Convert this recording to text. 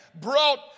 brought